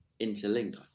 interlink